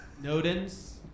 Nodens